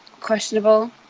questionable